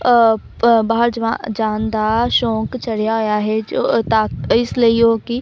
ਬਾਹਰ ਜਵਾ ਜਾਣ ਦਾ ਸ਼ੌਕ ਚੜਿਆ ਹੋਇਆ ਹੈ ਜੋ ਤਾਂ ਇਸ ਲਈ ਉਹ ਕਿ